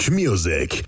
music